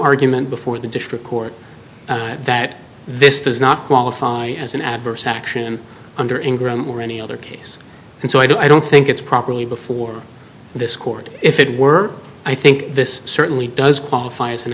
argument before the district court that this does not qualify as an adverse action under ingram or any other case and so i don't think it's properly before this court if it were i think this certainly does qualify as an